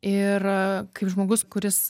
ir kaip žmogus kuris